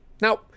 Now